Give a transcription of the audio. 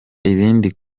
ibindi